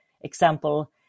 Example